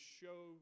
show